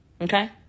Okay